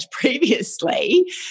previously